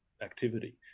activity